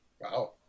Wow